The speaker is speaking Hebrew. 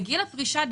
בגיל הפרישה,